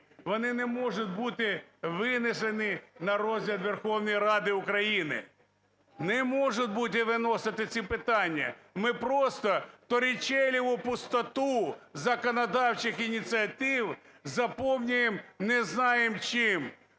вони не можуть бути винесені на розгляд Верховної Ради України. Не може бути виносити ці питання. Ми просто торрічеллієву пустоту законодавчих ініціатив заповнюємо не знаємо чим